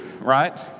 right